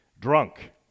drunk